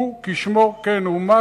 כשמו כן הוא,